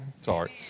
Sorry